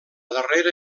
darrera